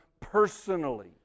personally